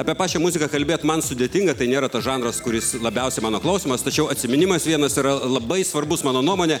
apie pačią muziką kalbėt man sudėtinga tai nėra tas žanras kuris labiausiai mano klausomas tačiau atsiminimas vienas yra labai svarbus mano nuomone